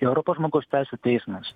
europos žmogaus teisių teismas